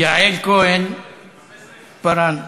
יעל כהן-פארן,